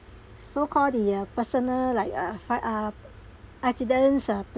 so call the uh personal like a fi~ uh accidents uh